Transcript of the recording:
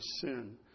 sin